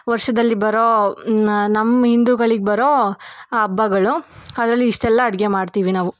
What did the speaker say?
ವರ್ಷದಲ್ಲಿ ಬರೋ ನಮ್ಮ ಹಿಂದೂಗಳಿಗೆ ಬರೋ ಹಬ್ಬಗಳು ಅದರಲ್ಲಿ ಇಷ್ಟೆಲ್ಲ ಅಡಿಗೆ ಮಾಡ್ತೀವಿ ನಾವು